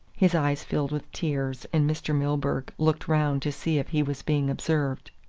his eyes filled with tears and mr. milburgh looked round to see if he was being observed.